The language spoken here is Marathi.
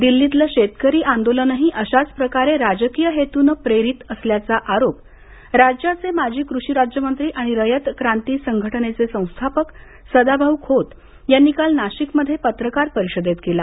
दिल्लीतलं शेतकरी आंदोलनही अशाच प्रकारे राजकीय हेतूनं प्रेरीत असल्याचा आरोप राज्याचे माजी कृषी राज्यमंत्री आणि रयत क्रांती संघटनेचे संस्थापक सदाभाऊ खोत यांनी काल नाशिकमध्ये पत्रकार परिषदेत केला